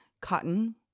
cotton